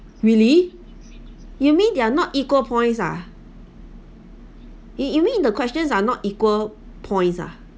really you mean they're not equal points ah you you mean in the questions are not equal points ah